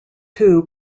two